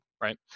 Right